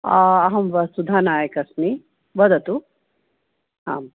अहं वसुधा नायक् अस्मि वदतु आम्